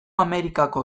amerikako